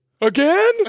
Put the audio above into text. again